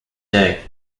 day